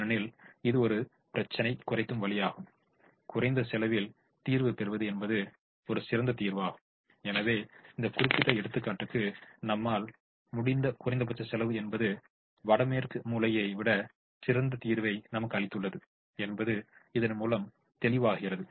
ஏனெனில் இது ஒரு பிரச்சினை குறைக்கும் வழியாகும் குறைந்த செலவில் தீர்வு பெறுவது என்பது ஒரு சிறந்த தீர்வாகும் எனவே இந்த குறிப்பிட்ட எடுத்துக்காட்டுக்கு நம்மால் முடிந்த குறைந்தபட்ச செலவு என்பது வடமேற்கு மூலையை விட சிறந்த தீர்வை நமக்கு அளித்துள்ளது என்பது இதன் மூலம் தெளிவாகிறது